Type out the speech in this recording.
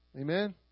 Amen